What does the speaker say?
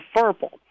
verbal